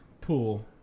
pool